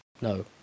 No